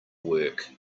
work